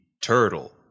Turtle